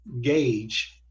gauge